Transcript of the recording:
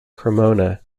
cremona